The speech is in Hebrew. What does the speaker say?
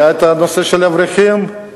היה הנושא של האברכים,